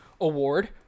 Award